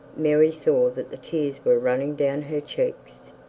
mary saw that the tears were running down her cheeks.